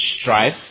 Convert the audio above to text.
strife